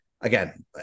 Again